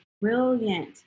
Brilliant